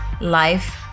life